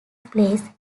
placed